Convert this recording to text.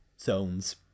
zones